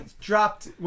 dropped